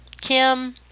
Kim